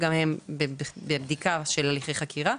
וגם הם בבדיקה של הליכי חקיקה.